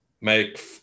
Make